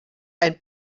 ein